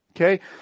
Okay